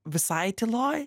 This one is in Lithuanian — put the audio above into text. visai tyloj